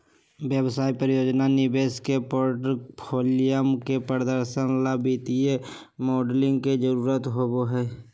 व्यवसाय, परियोजना, निवेश के पोर्टफोलियन के प्रदर्शन ला वित्तीय मॉडलिंग के जरुरत होबा हई